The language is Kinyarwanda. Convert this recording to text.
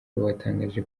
watangaje